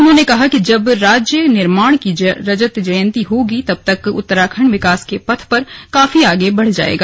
उन्होंने कहा है कि जब राज्य निर्माण की रजत जयंती होगी तब तक उत्तराखण्ड विकास के पथ पर काफी आगे बढ़ जायेगा